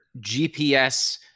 GPS